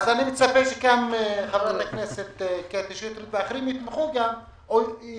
אני מצפה שגם חברת הכנסת קטי שטרית ואחרים יתמכו וילחצו,